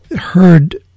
heard